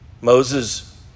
Moses